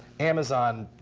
amazon,